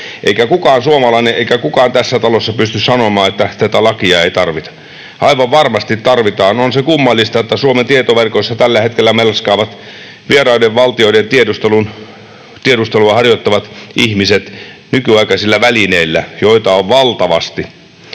eikä kukaan suomalainen eikä kukaan tässä talossa pysty sanomaan, että tätä lakia ei tarvita. Aivan varmasti tarvitaan. On se kummallista, että Suomen tietoverkoissa tällä hetkellä melskaavat vieraiden valtioiden tiedustelua harjoittavat ihmiset nykyaikaisilla välineillä, joita on valtavasti.